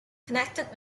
connected